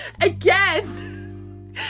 again